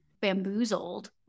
bamboozled